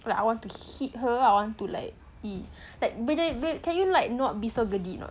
like I want to hit her I want to like !ee! like !ee! ca~ can~ can you not be so gedik a not